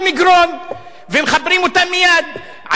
ומחברים אותה מייד על-ידי סמכות שר